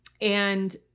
and-